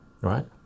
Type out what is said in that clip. right